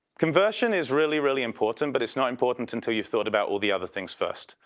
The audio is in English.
conversion is really really important, but it's not important until you've thought about all the other things first.